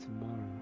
tomorrow